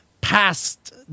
past